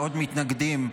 מאוד מתנגדים.